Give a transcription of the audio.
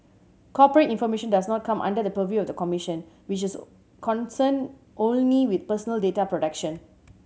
corporate information does not come under the purview of the commission which is concerned only with personal data protection